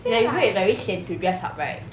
like 你会 like very sian to dress up right